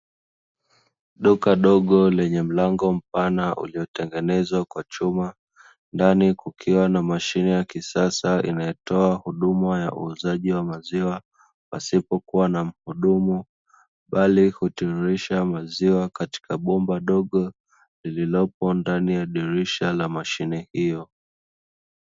Duka dogo lenye mlango mpana uliotengenezwa kwa chuma. Ndani kukiwa na mashine ya kisasa inayotoa huduma ya uuzaji wa maziwa pasipokuwa na mhudumu, bali hutiririsha maziwa katika bomba dogo lililopo ndani ya dirisha la mashine hiyo.